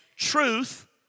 Truth